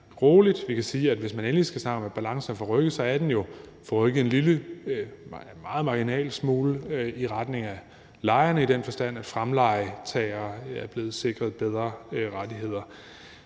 roligt, vi kan sige, at hvis man endelig skal snakke om, at balancen har forrykket sig, så har den jo forrykket sig en meget lille smule, marginalt,i retning af lejerne i den forstand, at fremlejetagere er blevet sikret bedre rettigheder.